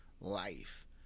life